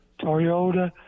Toyota